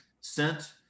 sent